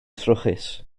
trwchus